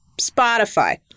Spotify